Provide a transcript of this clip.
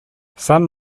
sun